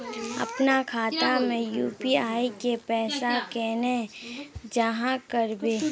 अपना खाता में यू.पी.आई के पैसा केना जाहा करबे?